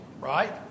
right